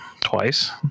twice